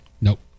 Nope